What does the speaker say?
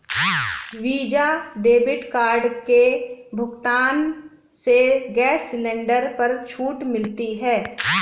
visa debit card के भुगतान से गैस सिलेंडर पर छूट मिलती है